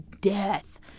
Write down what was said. death